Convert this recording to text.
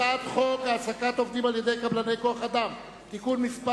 הצעת חוק העסקת עובדים על-ידי קבלני כוח-אדם (תיקון מס'